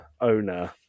owner